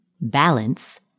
balance